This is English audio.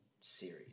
series